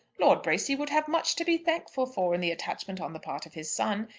lord bracy would have much to be thankful for in the attachment on the part of his son,